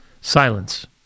Silence